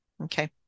okay